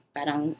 Parang